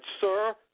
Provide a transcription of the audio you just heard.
sir